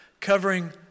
covering